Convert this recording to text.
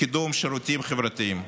קידום שירותים חברתיים.